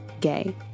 Gay